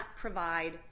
provide